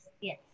Yes